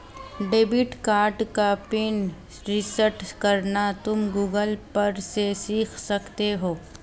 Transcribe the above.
debit card का PIN reset करना तुम गूगल पर से सीख सकते हो